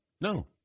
No